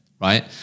right